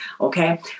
okay